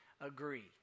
agree